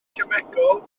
cemegol